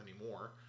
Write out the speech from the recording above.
anymore